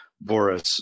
Boris